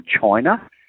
China